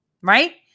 Right